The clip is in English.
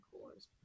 cores